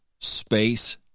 space